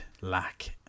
lack